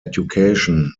education